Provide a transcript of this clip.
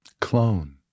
Clone